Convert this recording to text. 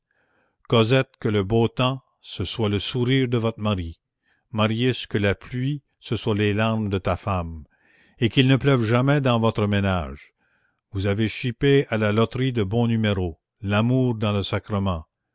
cosette que le beau temps ce soit le sourire de votre mari marius que la pluie ce soit les larmes de ta femme et qu'il ne pleuve jamais dans votre ménage vous avez chipé à la loterie le bon numéro l'amour dans le sacrement